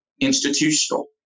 institutional